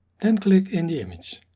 then click in the image.